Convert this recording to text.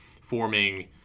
forming